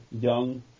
young